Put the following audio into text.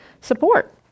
support